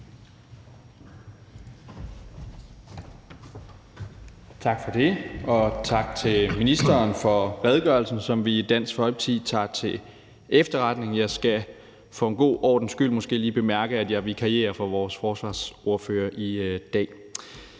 Tak for det. Og tak til ministeren for redegørelsen, som vi i Dansk Folkeparti tager til efterretning. Jeg skal for god ordens skyld måske lige bemærke, at jeg vikarierer for vores forsvarsordfører i dag.